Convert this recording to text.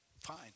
Fine